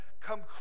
come